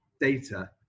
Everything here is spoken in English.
data